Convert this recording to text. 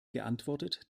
geantwortet